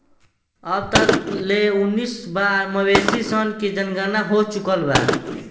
अब तक ले उनऽइस बार मवेशी सन के जनगणना हो चुकल बा